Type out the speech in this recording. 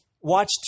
watch